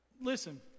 Listen